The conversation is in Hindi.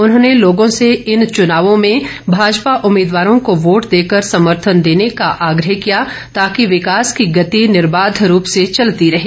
उन्होंने लोगो से इन चुनावों में भाजपा उम्मीदवारों को वोट देकर समर्थन देने का आग्रह किया ताकि विकास गति निर्बाध रूप से चलती रही